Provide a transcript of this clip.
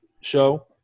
show